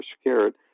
scared